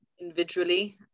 individually